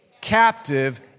captive